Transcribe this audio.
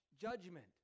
judgment